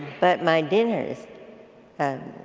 but my dinners and